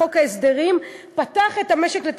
שאם לא היה נחקק חוק ההסדרים כנראה ב-1985 כל שכר